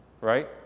right